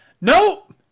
nope